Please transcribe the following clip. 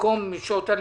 במקום משעות הלימוד.